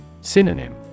Synonym